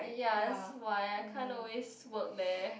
ya that's why I can't always work there